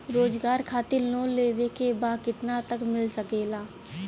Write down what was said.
रोजगार खातिर लोन लेवेके बा कितना तक मिल सकेला?